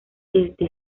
desde